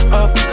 up